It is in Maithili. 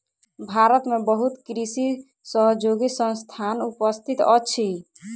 भारत में बहुत कृषि सहयोगी संस्थान उपस्थित अछि